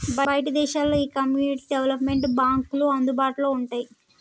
బయటి దేశాల్లో నీ ఈ కమ్యూనిటీ డెవలప్మెంట్ బాంక్లు అందుబాటులో వుంటాయి